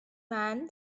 man